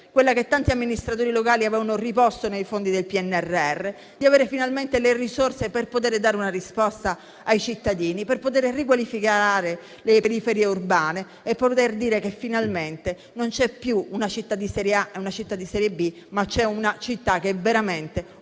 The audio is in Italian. quella che tanti amministratori locali avevano riposto nei fondi del PNRR, di avere finalmente le risorse per poter dare una risposta ai cittadini per poter riqualificare le periferie urbane e poter dire che finalmente non c'è più una città di serie A e una città di serie B, ma c'è una città che veramente vuole